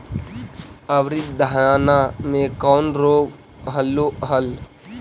अबरि धाना मे कौन रोग हलो हल?